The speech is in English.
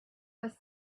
was